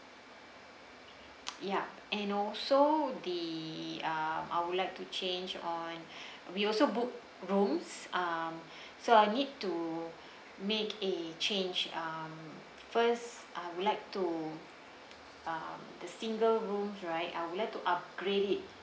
ya and also the uh I would like to change on we also book rooms um so I need to make a change um first I would like to uh the single rooms right uh I would like to upgrade it